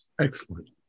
Excellent